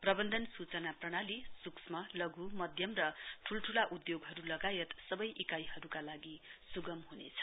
प्रबन्धन सूचना प्रणाली सूक्षम लघु मध्यम र ठूलठूला उद्योगहरू लगायत सबै इकाइहरूका लागि सुगम हुनेछ